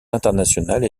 internationales